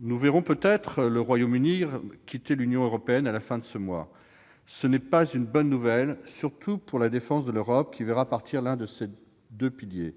Nous verrons peut-être le Royaume-Uni quitter l'Union à la fin du mois. Cela ne constitue pas une bonne nouvelle, en particulier pour la défense de l'Europe, qui verrait partir l'un de ses deux piliers.